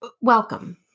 welcome